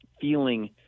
feeling